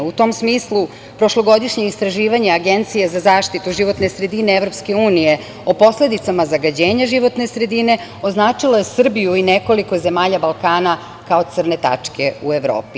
U tom smislu, prošlogodišnje istraživanje Agencije za zaštitu životne sredine EU o posledicama zagađenja životne sredine označilo je Srbiju i nekoliko zemalja Balkana kao crne tačke u Evropi.